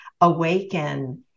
awaken